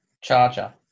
Charger